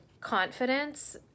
confidence